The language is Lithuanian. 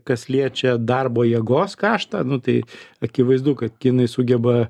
kas liečia darbo jėgos kaštą nu tai akivaizdu kad kinai sugeba